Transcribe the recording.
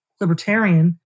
libertarian